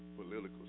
political